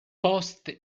post